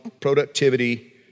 productivity